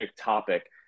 topic